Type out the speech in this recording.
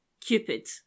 Cupid